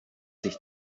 sich